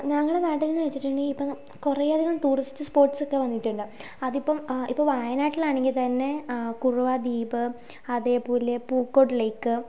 ഞങ്ങള നാട്ടിൽ എന്നു വച്ചിട്ടുണ്ടെങ്കിൽ ഇപ്പം കുറെയധികം ട്യൂറിസ്റ്റ് സ്പോർട്ട്സൊക്കെ വന്നിട്ടുണ്ട് അതിപ്പം ഇപ്പോൾ വയനാട്ടിലാണെങ്കിൽ തന്നെ കുറുവ ദ്വീപ് അതേപോലെ പൂക്കോട് ലെയ്ക്ക്